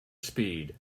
speed